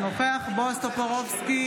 אינו נוכח בועז טופורובסקי,